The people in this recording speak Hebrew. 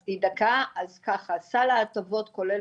ככה, סל ההטבות כולל